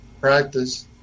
practice